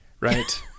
Right